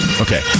Okay